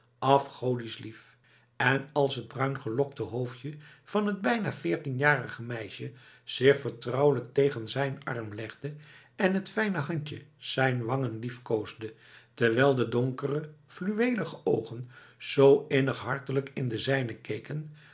afgodisch lief en als het bruingelokte hoofdje van het bijna veertienjarige meisje zich vertrouwelijk tegen zijn arm legde en het fijne handje zijn wangen liefkoosde terwijl de donkere fluweelige oogen zoo innig hartelijk in de zijne keken